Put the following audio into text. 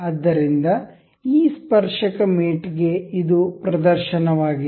ಆದ್ದರಿಂದ ಈ ಸ್ಪರ್ಶಕ ಮೇಟ್ ಗೆ ಇದು ಪ್ರದರ್ಶನವಾಗಿತ್ತು